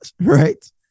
right